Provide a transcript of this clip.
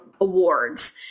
awards